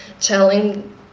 telling